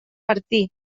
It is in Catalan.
martí